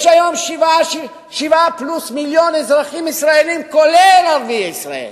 יש היום 7 מיליון פלוס אזרחים ישראלים כולל ערביי ישראל.